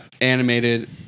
animated